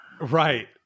right